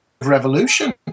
revolution